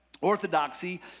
Orthodoxy